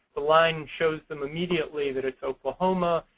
the line shows them immediately that it's oklahoma.